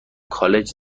کالج